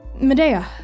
Medea